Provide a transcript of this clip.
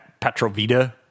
Petrovita